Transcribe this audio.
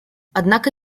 однако